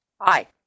Hi